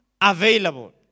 available